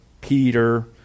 Peter